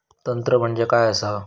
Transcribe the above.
तंत्र म्हणजे काय असा?